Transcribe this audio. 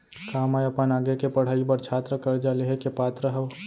का मै अपन आगे के पढ़ाई बर छात्र कर्जा लिहे के पात्र हव?